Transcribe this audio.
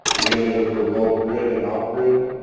again, those are for both grid and off-grid.